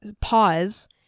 pause